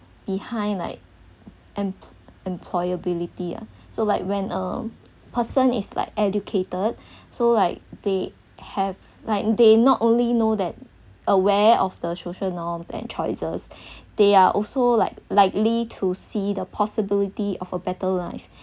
behind like em~ employability ah so like when a person is like educated so like they have like they not only know that aware of the social norms and choices they are also like likely to see the possibility of a better life